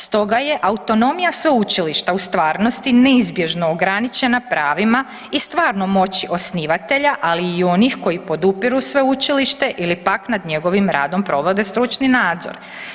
Stoga je autonomija sveučilišta u stvarnosti neizbježno ograničena pravima i stvarnom moći osnivatelja, ali i onih koji podupiru sveučilište ili pak nad njegovim radom provode stručni nadzor.